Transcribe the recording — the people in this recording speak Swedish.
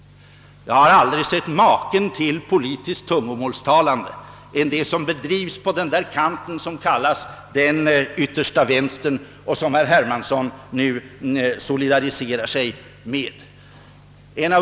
Jag har aldrig hört maken till det politiska tungomålstalande som bedrivs på den där kanten som kallas den yttersta vänstern och som herr Hermansson nu solidariserar sig med.